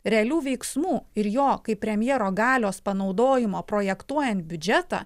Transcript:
realių veiksmų ir jo kaip premjero galios panaudojimo projektuojant biudžetą